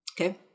Okay